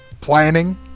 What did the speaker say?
Planning